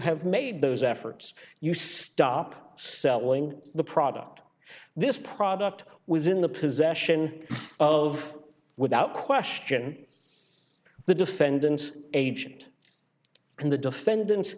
have made those efforts you stop selling the product this product was in the possession of without question the defendant's agent and the defendant's